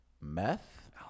meth